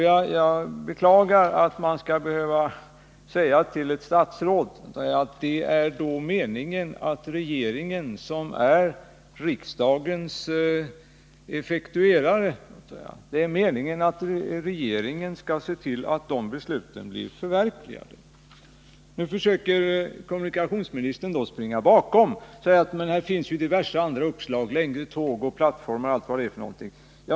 Jag beklagar att man skall behöva säga till ett statsråd att det då är meningen att regeringen, som effektuerare av riksdagens beslut, skall se till att det beslutet blir förverkligat. Nu försöker kommunikationsministern springa ifrån detta. Han säger att här finns diverse andra uppslag såsom längre tåg och längre plattformar.